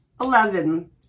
Eleven